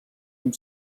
amb